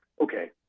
okay